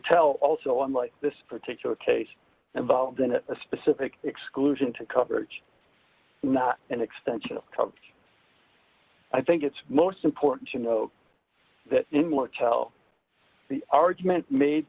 tell also unlike this particular case involved in a specific exclusion to coverage not an extension i think it's most important to note that similar tell the argument made